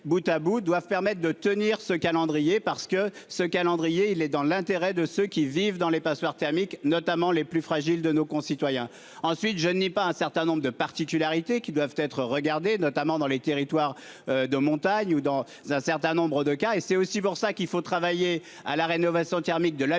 Boutabout doivent permettent de tenir ce calendrier parce que ce calendrier, il est dans l'intérêt de ceux qui vivent dans les passoires thermiques, notamment les plus fragiles de nos concitoyens. Ensuite je n'ai pas un certain nombre de particularités qui doivent être regardées notamment dans les territoires de montagne ou dans un certain nombre de cas et c'est aussi pour ça qu'il faut travailler à la rénovation thermique de l'habitat